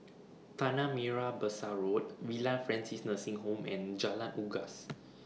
Tanah Merah Besar Road Villa Francis Nursing Home and Jalan Unggas